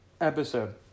episode